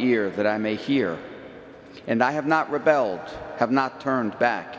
ear that i may hear and i have not rebelled have not turned back